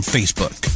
Facebook